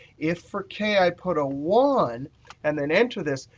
if, for k, i put a one and then enter this,